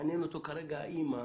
מעניין אותם כרגע האימא